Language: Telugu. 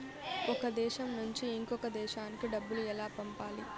ఒక దేశం నుంచి ఇంకొక దేశానికి డబ్బులు ఎలా పంపాలి?